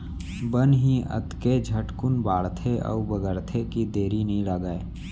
बन ही अतके झटकुन बाढ़थे अउ बगरथे कि देरी नइ लागय